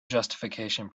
justification